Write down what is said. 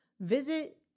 visit